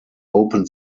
open